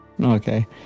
Okay